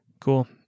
cool